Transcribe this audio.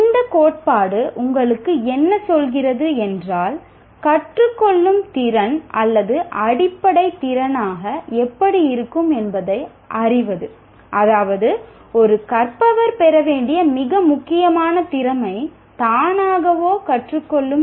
இந்த கோட்பாடு உங்களுக்கு என்ன சொல்கிறது என்றால் கற்றுக் கொள்ளும் திறன் அல்லது அடிப்படை திறனாக எப்படி இருக்கும் என்பதை அறிவது அதாவது ஒரு கற்பவர் பெற வேண்டிய மிக முக்கியமான திறமை தானாகவே கற்றுக் கொள்ளும் திறன்